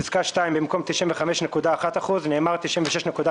(ב)בפסקה (2), במקום "95.1%" נאמר "96.5%".